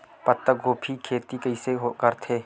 पत्तागोभी के खेती कइसे करथे?